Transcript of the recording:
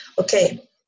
okay